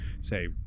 say